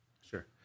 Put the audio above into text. sure